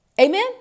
Amen